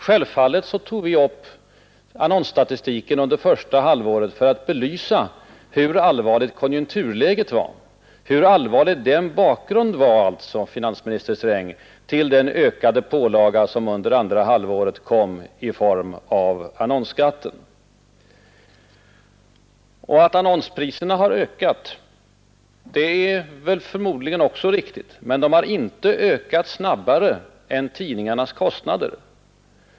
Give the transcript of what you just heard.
Självfallet tog vi upp annonsstatistiken under första halvåret för att belysa hur allvarligt konjunkturläget var, dvs. hur allvarlig bakgrunden var till den ökade pålaga som andra halvåret kom i form av annonsskatten. Att annonspriserna ökat är väl förmodligen också riktigt, men de har inte ökat snabbare än tidningarnas kostnader.